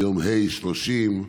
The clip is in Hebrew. ביום ה' 30,